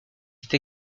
cette